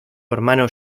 hermano